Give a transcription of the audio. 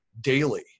daily